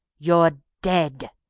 you're dead!